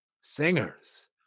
singers